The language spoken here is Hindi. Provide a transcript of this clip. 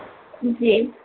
जी